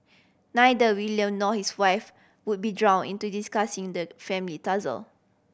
neither William nor his wife would be drawn into discussing the family tussle